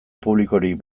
publikorik